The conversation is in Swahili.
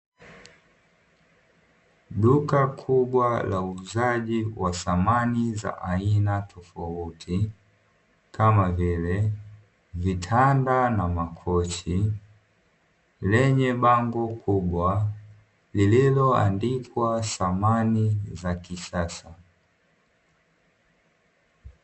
Duka kubwa la uuzaji wa samani za aina tofauti, kama vile; vitanda na makochi, lenye bango kubwa, lililoandikwa samani za kisasa.